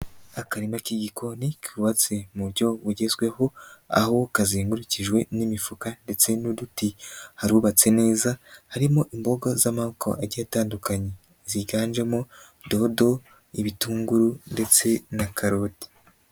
Akarima k'igikoni kubatse mu buryo bugezweho, aho kazengurukijwe n'imifuka ndetse n'uduti, harubatse neza harimo imboga z'amako agiye atandukanye ziganjemo dodo, ibitunguru ndetse na karoti.